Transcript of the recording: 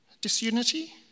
Disunity